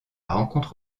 rencontre